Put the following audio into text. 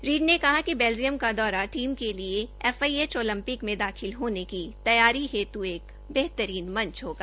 read ने कहा कि बेल्जियम का दौरा टीम के लिए एफआईएच ओलंपिक में दाखिल होने की तैयारी हेतु एक बेहतरीन मंच होगा